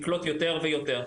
לקלוט עצורים.